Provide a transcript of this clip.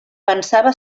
pensava